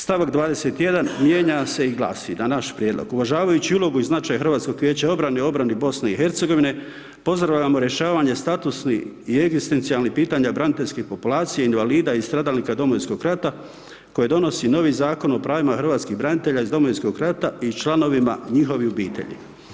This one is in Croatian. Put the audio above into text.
Stavak 21. mijenja se i glasi na naš prijedlog, uvažavajući ulogu i značaj Hrvatskog vijeća obrane i obrane BIH, pozdravljamo rješavanje statusnih i egzistencijalnih pitanje braniteljske populacije invalida i stradalnika Domovinskog rata, koji donosi novi Zakon o pravima Hrvatskih branitelja iz Domovinskog rata i članovima njihovih obitelji.